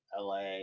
LA